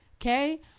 okay